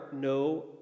no